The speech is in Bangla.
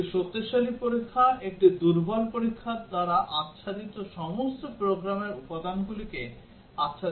একটি শক্তিশালী পরীক্ষা একটি দুর্বল পরীক্ষার দ্বারা আচ্ছাদিত সমস্ত প্রোগ্রামের উপাদানগুলিকে আচ্ছাদিত করে